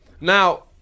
Now –